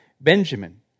Benjamin